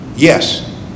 Yes